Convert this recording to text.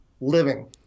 living